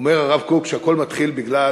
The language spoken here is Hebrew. אומר הרב קוק שהכול מתחיל בגלל